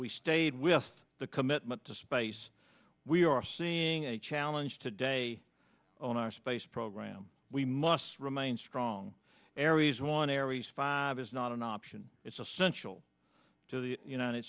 we stayed with the commitment to space we are seeing a challenge today on our space program we must remain strong aries one aries five is not an option it's essential to the united